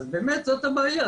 אז באמת זאת הבעיה.